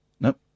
Nope